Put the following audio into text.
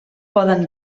poden